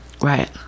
Right